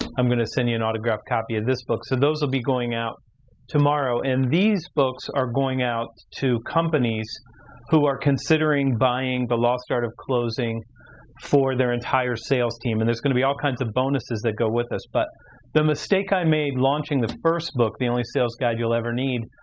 i'm gonna send you an autographed copy of this book, so those will be going out tomorrow. and these books are going out to companies who are considering buying the lost art of closing for their entire sales team, and there's gonna be all kinds of bonuses that go with this. but the mistake i made launching the first book, the only sales guide you'll ever need,